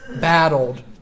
battled